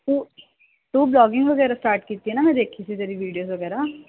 ਤੂੰ ਤੂੰ ਵਲੌਗਿੰਗ ਵਗੈਰਾ ਸਟਾਰਟ ਕੀਤੀ ਹੈ ਨਾ ਮੈਂ ਦੇਖੀ ਸੀ ਤੇਰੀ ਵੀਡੀਓ ਵਗੈਰਾ